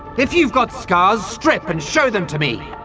if you've got scars, strip and show them to me!